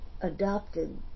adopted